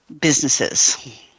businesses